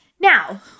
Now